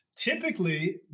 Typically